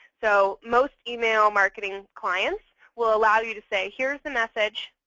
so most email marketing clients will allow you to say, here's the message.